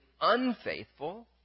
unfaithful